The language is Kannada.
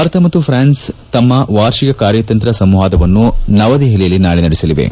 ಭಾರತ ಮತ್ತು ಫ್ರಾನ್ಸ್ ತಮ್ಮ ವಾರ್ಷಿಕ ಕಾರ್ಯತಂತ್ರ ಸಂವಾದವನ್ನು ನವದೆಹಲಿಯಲ್ಲಿ ನಾಳೆ ನಡೆಸಲಿವೆ